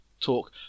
talk